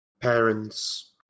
parents